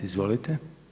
Izvolite.